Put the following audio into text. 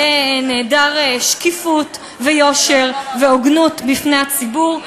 יהיה נעדר שקיפות ויושר והוגנות בפני הציבור.